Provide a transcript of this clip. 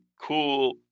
cool